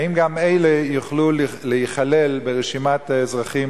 האם גם אלו יוכלו להיכלל ברשימת החללים